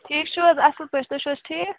ٹھیٖک چھُو حظ اَصٕل پٲٹھۍ تُہۍ چھُو حظ ٹھیٖک